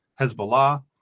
Hezbollah